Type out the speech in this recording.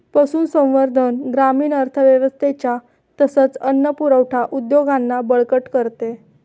पशुसंवर्धन ग्रामीण अर्थव्यवस्थेच्या तसेच अन्न पुरवठा उद्योगांना बळकट करते